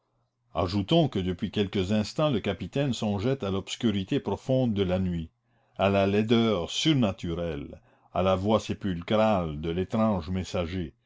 ajoutons que depuis quelques instants le capitaine songeait à l'obscurité profonde de la nuit à la laideur surnaturelle à la voix sépulcrale de l'étrange messager